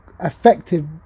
effective